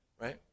right